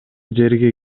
жерге